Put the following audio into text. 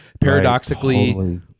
paradoxically